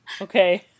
okay